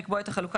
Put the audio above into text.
נכון, נכון.